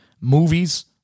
movies